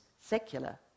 secular